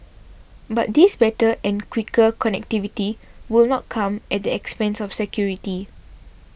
but this better and quicker connectivity will not come at the expense of security